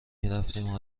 میرفتم